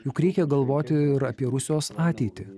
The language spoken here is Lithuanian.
juk reikia galvoti apie rusijos ateitį